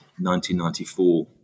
1994